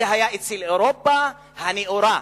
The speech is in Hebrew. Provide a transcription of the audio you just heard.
זה היה באירופה הנאורה.